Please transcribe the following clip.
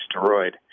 destroyed